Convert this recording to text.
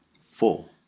Four